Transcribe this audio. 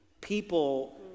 people